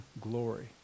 glory